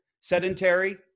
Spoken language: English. Sedentary